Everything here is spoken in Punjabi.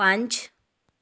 ਪੰਜ